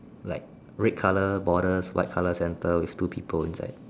like red color borders white color center with two people inside